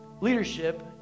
leadership